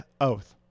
Oath